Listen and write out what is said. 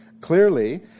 Clearly